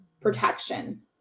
protection